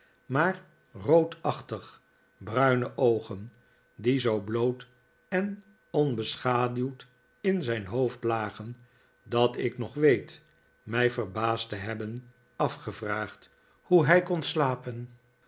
maar roodachtig bruine oogen die zoo bloot en onbeschaduwd in zijn hoofd lagen dat ik nog weet mij verbaasd te hebben afgevraagd hoe hij kon slapen